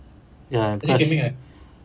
ya because